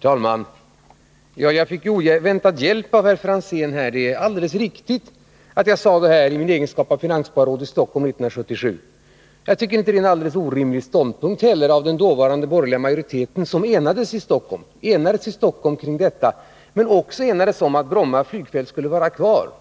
Herr talman! Jag fick oväntad hjälp av herr Franzén. Det är alldeles riktigt att jag sade detta i min egenskap av finansborgarråd i Stockholm 1977. Jag tycker också att den ståndpunkt jag gav uttryck för inte var orimlig. Den dåvarande borgerliga majoriteten i Stockholms kommun hade enats om den ståndpunkten men dessutom också om att Bromma flygfält skulle vara kvar, medan